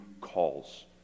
calls